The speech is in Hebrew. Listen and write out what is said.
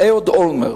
אהוד אולמרט.